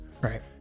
Right